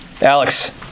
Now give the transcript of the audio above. Alex